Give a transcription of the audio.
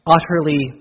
Utterly